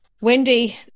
Wendy